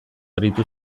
aritu